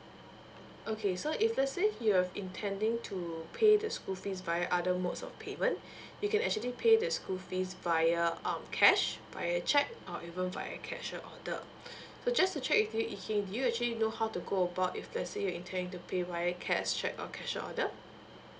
okay so if let's say you are intending to pay the school fees via other modes of payment you can actually pay the school fees via um cash via cheque or even via cashier's order so just to check with you yee king do you actually know how to go about if let's say you intend to pay via cash cheque or cashier's order